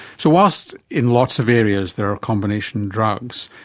so whilst in lots of areas there are combination drugs,